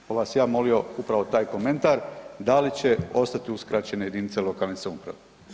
Pa bih vas ja molio upravo taj komentar, da li će ostati uskraćene jedinice lokalne samouprave?